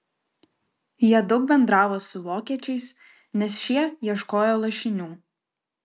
jie daug bendravo su vokiečiais nes šie ieškojo lašinių